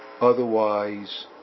otherwise